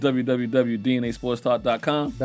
www.dnasportstalk.com